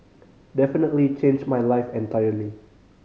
definitely changed my life entirely